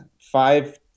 five